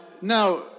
now